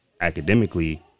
academically